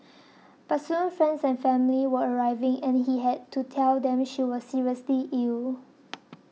but soon friends and family were arriving and he had to tell them she was seriously ill